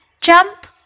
Jump